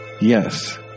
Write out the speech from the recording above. Yes